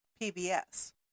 pbs